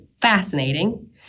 fascinating